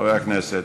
חברי הכנסת,